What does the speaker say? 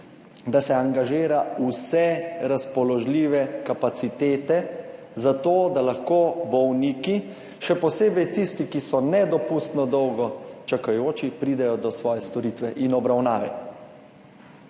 da se angažira vse razpoložljive kapacitete za to, da lahko bolniki, še posebej tisti, ki so nedopustno dolgo čakajoči, pridejo do svoje storitve in obravnave.